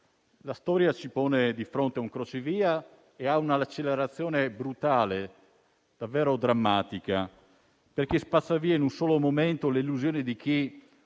La storia ci pone di fronte a un crocevia e ad una accelerazione brutale, davvero drammatica, perché spazza via, in un solo momento, le illusioni di chi,